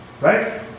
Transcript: Right